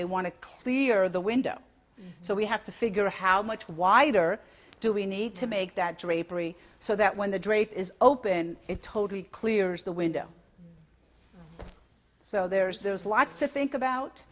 they want to clear the window so we have to figure how much wider do we need to make that drapery so that when the drape is open it totally clears the window so there's there's lots to think about